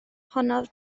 honnodd